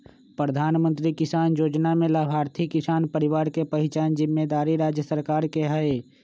प्रधानमंत्री किसान जोजना में लाभार्थी किसान परिवार के पहिचान जिम्मेदारी राज्य सरकार के हइ